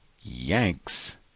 Yanks